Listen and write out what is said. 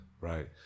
right